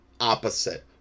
opposite